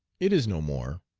it is no more.